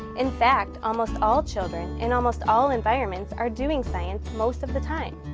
in fact, almost all children in almost all environments are doing science most of the time.